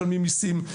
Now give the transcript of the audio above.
משלמים מיסים,